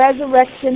Resurrection